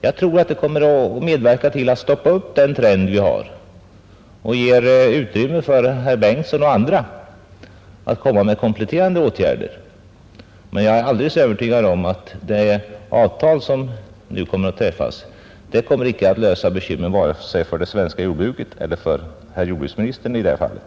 Jag tror att det kommer att medverka till att stoppa upp den nuvarande trenden och ge utrymme även för jordbruksminister Bengtsson och andra att föreslå kompletterande åtgärder. Jag är alldeles övertygad om att det avtal som nu kommer att träffas inte löser bekymren vare sig för det svenska jordbruket eller för jordbruksministern i det fallet.